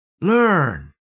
Learn